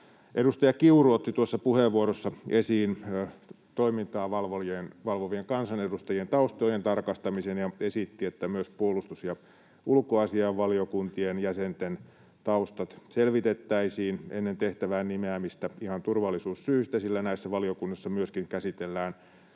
Edustaja Kiuru otti tuossa puheenvuorossa esiin toimintaa valvovien kansanedustajien taustojen tarkastamisen ja esitti, että myös puolustus- ja ulkoasiainvaliokuntien jäsenten taustat selvitettäisiin ennen tehtävään nimeämistä ihan turvallisuussyistä, sillä myöskin näissä valiokunnissa käsitellään